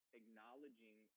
acknowledging